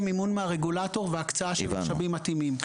מימון מהרגולטור והקצאה של משאבים מתאימים.